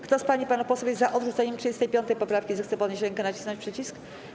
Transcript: Kto z pań i panów posłów jest za odrzuceniem 35. poprawki, zechce podnieść rękę i nacisnąć przycisk.